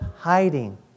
hiding